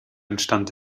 entstand